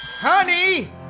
Honey